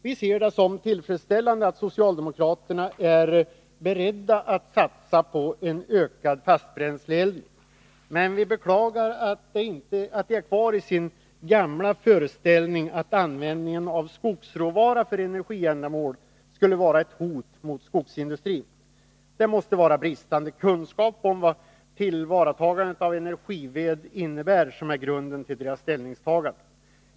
Vi ser det som tillfredsställande att socialdemokraterna är beredda att satsa på en ökad fastbränsleeldning, men vi beklagar att de är kvar i sin gamla föreställning om att användningen av skogsråvara för energiändamål skulle vara ett hot mot skogsindustrin. Det måste vara bristande kunskap om vad tillvaratagande av energived innebär som är grunden till deras ställningstagande.